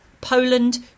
Poland